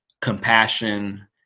compassion